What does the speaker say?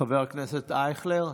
חבר הכנסת אייכלר,